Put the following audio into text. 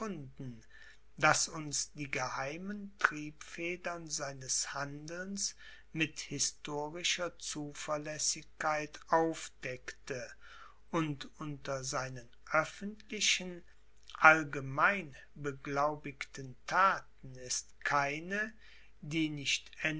das uns die geheimen triebfedern seines handelns mit historischer zuverlässigkeit aufdeckte und unter seinen öffentlichen allgemein beglaubigten thaten ist keine die nicht